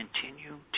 continue